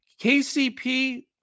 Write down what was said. KCP